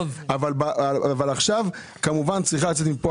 אבל עכשיו צריכה לצאת מפה